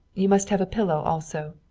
you must have a pillow also.